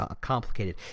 complicated